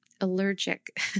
allergic